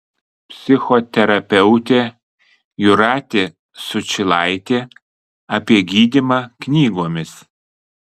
psichoterapeutė jūratė sučylaitė apie gydymą knygomis